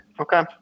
Okay